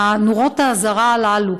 נורות האזהרה הללו,